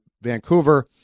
Vancouver